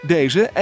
Deze